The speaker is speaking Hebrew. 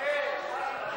חכה.